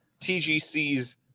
tgc's